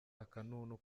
akanunu